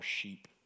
sheep